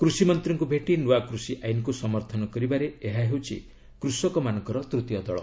କୃଷିମନ୍ତୀଙ୍କୁ ଭେଟି ନୂଆ କୃଷି ଆଇନକୁ ସମର୍ଥନ କରିବାରେ ଏହା ହେଉଛି କୃଷକମାନଙ୍କ ତୃତୀୟ ଦଳ